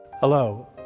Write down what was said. Hello